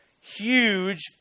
huge